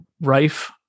rife